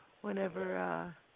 whenever